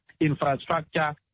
infrastructure